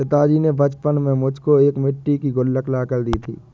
पिताजी ने बचपन में मुझको एक मिट्टी की गुल्लक ला कर दी थी